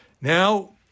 Now